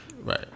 Right